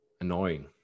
annoying